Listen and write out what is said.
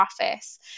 office